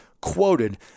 quoted